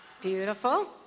Beautiful